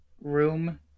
room